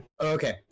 Okay